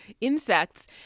insects